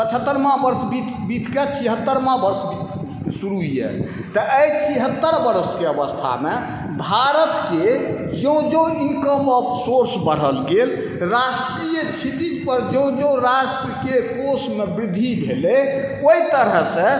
पचहत्तरिवाँ वर्ष बीत बीतके छियहत्तरिवाँ वर्ष शुरू यऽ तऽ एहि छियहत्तरि वर्षके अवस्थामे भारतके जँ जँ इनकम ऑफ सोर्स बढ़ल गेल राष्ट्रीय क्षितिज पर जँ जँ राष्ट्रके कोशमे वृद्धि भेलै ओहि तरह से